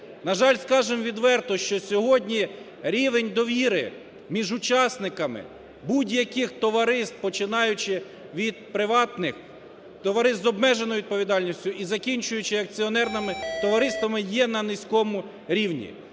На жаль, скажемо відверто, що сьогодні рівень довіри між учасниками будь-яких товариств, починаючи від приватних, товариств з обмеженою відповідальністю і, закінчуючи акціонерними товариствами, є на низькому рівні.